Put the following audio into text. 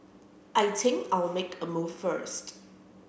I think I'll make a move first